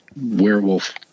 werewolf